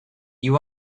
you